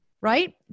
right